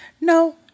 No